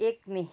एक मई